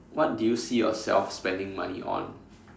what did you see yourself spending money on